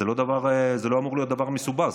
זה לא אמור להיות דבר מסובך,